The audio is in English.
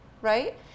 right